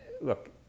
look